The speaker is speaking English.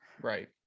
right